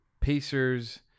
Pacers